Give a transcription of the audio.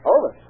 Over